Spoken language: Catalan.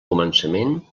començament